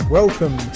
welcome